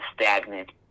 stagnant